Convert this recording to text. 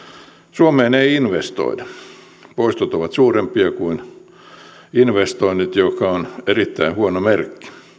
suomeen ei investoida poistot ovat suurempia kuin investoinnit mikä on erittäin huono merkki